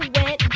point